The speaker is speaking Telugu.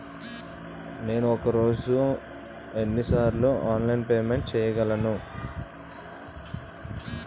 నేను ఒక రోజులో ఎన్ని సార్లు ఆన్లైన్ పేమెంట్ చేయగలను?